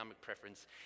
preference